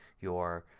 your